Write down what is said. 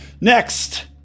Next